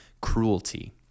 cruelty